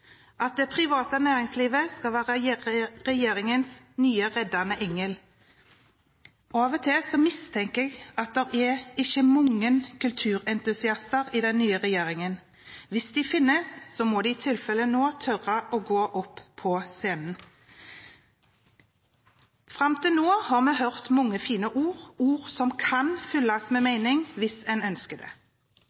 at det private næringslivet skal være regjeringens nye reddende engel. Av og til mistenker jeg at det ikke er mange kulturentusiaster i den nye regjeringen. Hvis de finnes, må de i tilfelle tørre å komme opp på scenen nå. Fram til nå har vi hørt mange fine ord, ord som kan fylles med mening hvis en ønsker